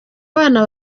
bana